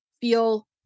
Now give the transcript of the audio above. feel